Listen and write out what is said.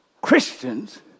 Christians